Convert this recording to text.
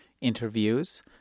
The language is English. interviews